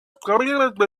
quiet